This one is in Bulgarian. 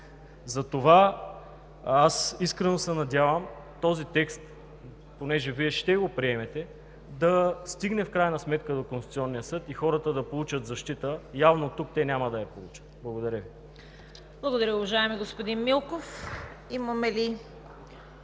Затова аз искрено се надявам този текст, понеже Вие ще го приемете, да стигне в крайна сметка до Конституционния съд и хората да получат защита. Явно оттук те няма да я получат. Благодаря Ви. ПРЕДСЕДАТЕЛ ЦВЕТА КАРАЯНЧЕВА: Благодаря, уважаеми господин Милков. Има ли